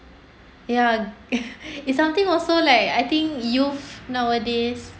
ya it's something also like I think youth nowadays